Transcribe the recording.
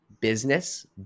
business